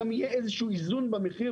גם יהיה איזשהו איזון במחיר,